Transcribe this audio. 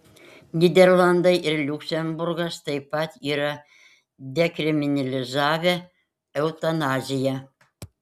nyderlandai ir liuksemburgas taip pat yra dekriminalizavę eutanaziją